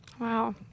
Wow